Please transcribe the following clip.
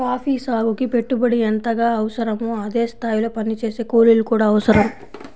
coffee సాగుకి పెట్టుబడి ఎంతగా అవసరమో అదే స్థాయిలో పనిచేసే కూలీలు కూడా అవసరం